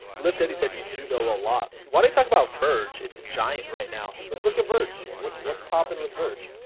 lifted he said you do know a lot. i talk about verge? it's a giant right now. let's look at verge what's what's popping with verge?